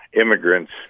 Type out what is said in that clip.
immigrants